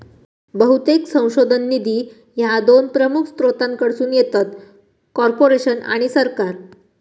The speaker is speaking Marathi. बहुतेक संशोधन निधी ह्या दोन प्रमुख स्त्रोतांकडसून येतत, कॉर्पोरेशन आणि सरकार